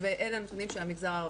ואלה הנתונים של המגזר הערבי.